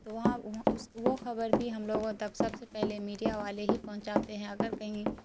تو وہاں اس وہ خبر بھی ہم لوگوں تک سب سے پہلے میڈیا والے ہی پہنچاتے ہیں اگر کہیں